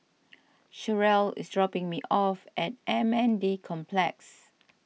Cherrelle is dropping me off at M N D Complex